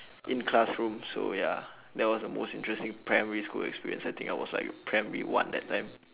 in classroom so ya that was the most interesting primary school experience I think I was like primary one that time